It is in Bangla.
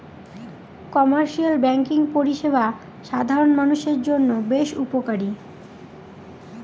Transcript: কমার্শিয়াল ব্যাঙ্কিং পরিষেবা সাধারণ মানুষের জন্য বেশ উপকারী